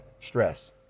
stress